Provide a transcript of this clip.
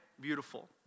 beautiful